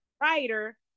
writer